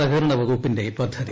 സഹകരണവകുപ്പിന്റെ പദ്ധതി